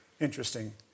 interesting